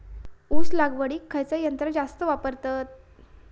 ऊस लावडीक खयचा यंत्र जास्त वापरतत?